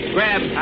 Grab